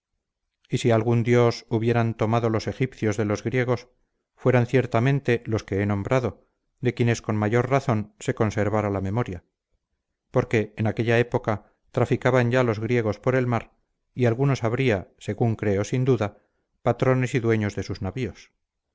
y si algún dios hubieran tomado los egipcios de los griegos fueran ciertamente los que he nombrado de quienes con mayor razón se conservara la memoria porque en aquella época traficaban ya los griegos por el mar y algunos habría según creo sin duda patrones y dueños de sus navíos